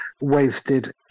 wasted